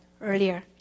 earlier